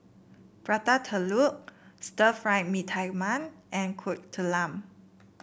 Prata Telur Stir Fry Mee Tai Mak and Kuih Talam